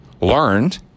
learned